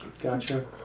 Gotcha